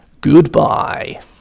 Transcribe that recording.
goodbye